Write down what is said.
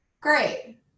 great